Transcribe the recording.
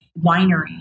winery